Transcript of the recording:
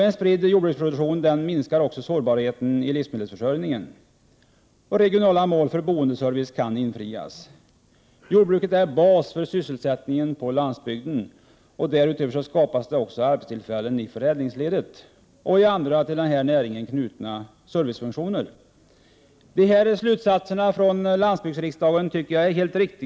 En spridd jordbruksproduktion minskar också sårbarheten i livsmedelsförsörjningen. Regionala mål för boendeservice kan infrias. Jordbruket är bas för sysselsättningen på landsbygden. Därutöver skapas det också arbetstillfällen i förädlingsledet och i andra till den här näringen knutna servicefunktioner. Dessa slutsatser från landsbygdsriksdagen tycker jag är helt riktiga. De Prot.